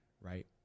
right